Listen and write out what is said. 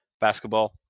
basketball